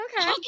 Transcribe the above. Okay